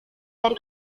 dari